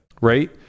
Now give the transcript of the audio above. Right